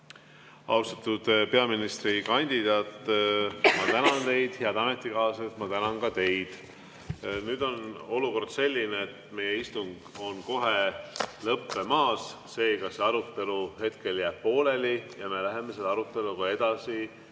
Austatud peaministrikandidaat, ma tänan teid! Head ametikaaslased, ma tänan ka teid! Nüüd on olukord selline, et meie istung on kohe lõppemas, seega jääb see arutelu pooleli ja me läheme selle aruteluga edasi